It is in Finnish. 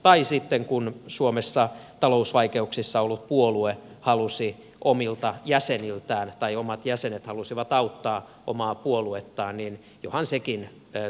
tai sitten kun suomessa talousvaikeuksissa olleen puolueen omat jäsenet halusivat auttaa omaa puoluettaan niin johan sekin todettiin lainvastaiseksi